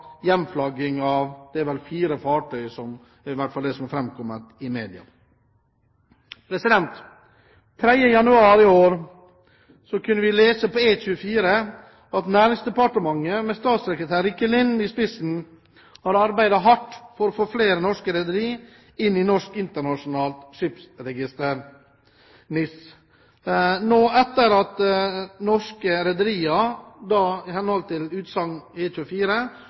hjemflagging av – det er vel – fire fartøy. Det er i hvert fall det som framkommer i media. Den 3. januar i år kunne vi lese på E24 at Næringsdepartementet, med statssekretær Rikke Lind i spissen, har arbeidet hardt for å få flere «norske» rederier inn i Norsk Internasjonalt Skipsregister, NIS, etter at norske rederier, slik det framkommer i oppslaget i E24, nå får de samme gode skattereglene som i